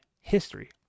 history